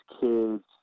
kids